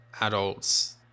adults